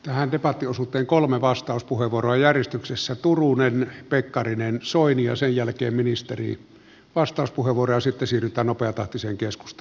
tähän debattiosuuteen kolme vastauspuheenvuoroa järjestyksessä turunen pekkarinen soini ja sen jälkeen ministerin vastauspuheenvuoro ja sitten siirrytään nopeatahtiseen keskusteluun